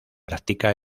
practica